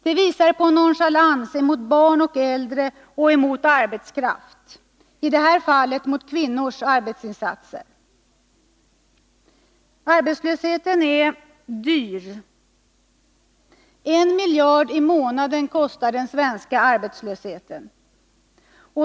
Det visar på nonchalans mot barn och äldre och emot arbetskraft — i detta fall gällde det kvinnors arbetsinsatser. Arbetslösheten är dyr. En miljard i månaden kostar den svenska arbetslösheten.